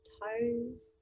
toes